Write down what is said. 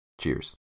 Cheers